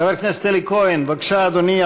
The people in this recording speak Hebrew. חבר הכנסת אלי כהן, בבקשה, אדוני.